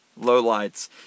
lowlights